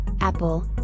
Apple